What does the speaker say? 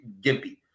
gimpy